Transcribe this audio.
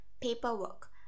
paperwork